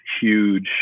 huge